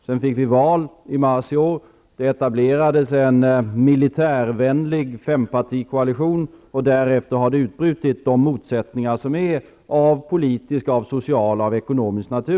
I mars i år var det val. Det etablerades en militärvänlig fempartikoalition, och därefter har det utbrutit motsättningar av politisk, social och ekonomisk natur.